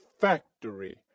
factory